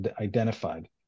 identified